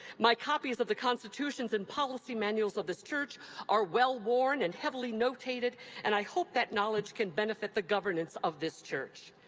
my copies of the constitutions and policy manuals of this church are well worn and heavily notated and i hope that knowledge can benefit the governance of this church.